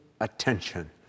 attention